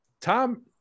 tom